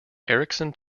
ericsson